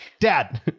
Dad